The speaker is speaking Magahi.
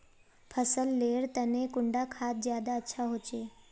फसल लेर तने कुंडा खाद ज्यादा अच्छा होचे?